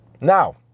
Now